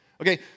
Okay